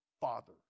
Father